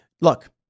Look